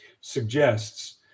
suggests